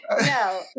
no